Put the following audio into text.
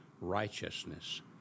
righteousness